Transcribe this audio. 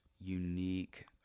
unique